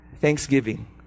thanksgiving